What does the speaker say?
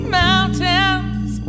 mountains